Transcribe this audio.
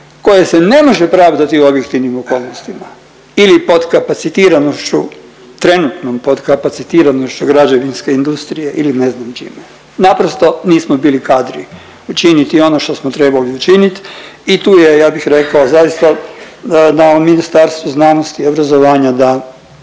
koje se ne može pravdati objektivnim okolnostima ili potkapacitiranošću trenutnom potkapacitiranošću građevinske industrije ili ne znam čega. Naprosto nismo bili kadri učiniti ono što smo trebali učinit. I tu je ja bih rekao zaista na Ministarstvu znanosti i obrazovanja da